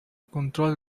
control